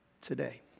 today